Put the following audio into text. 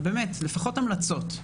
אבל לפחות המלצות.